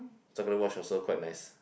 chocolate watch also quite nice